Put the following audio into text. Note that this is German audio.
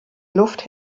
luft